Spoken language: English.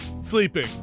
sleeping